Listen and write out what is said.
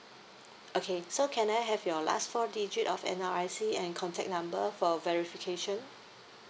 okay so can I have your last four digit of N_R_I_C and contact number for verification